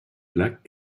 black